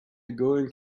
going